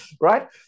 right